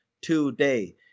today